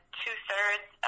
two-thirds